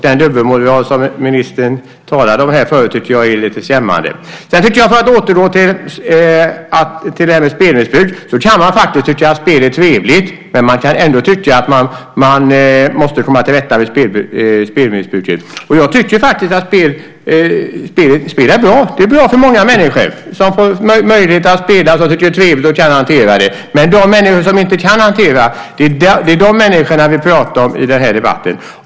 Den dubbelmoral som ministern talade om tycker jag är lite skrämmande. Man kan tycka att spel är trevligt, men ändå tycka att man måste komma till rätta med spelmissbruket. Jag tycker faktiskt att spel är bra. Det är bra för många människor som tycker att det är trevligt och kan hantera det. Det finns människor som inte kan hantera det, och det är dem vi pratar om i den här debatten.